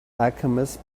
alchemist